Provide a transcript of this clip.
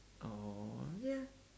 oh ya ya